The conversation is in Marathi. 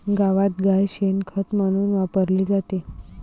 गावात गाय शेण खत म्हणून वापरली जाते